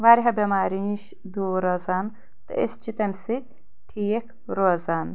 واریاہو بٮ۪مارٮ۪و نِش دوٗر روزان تہٕ أسۍ چھِ تیٚمہِ سۭتۍ ٹھیٖک روزان